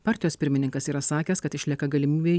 partijos pirmininkas yra sakęs kad išlieka galimybė